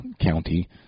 county